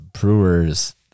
brewer's